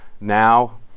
now